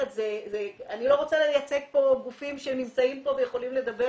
אני לא רוצה לייצג פה גופים שנמצאים פה ויכולים לדבר